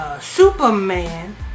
Superman